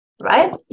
Right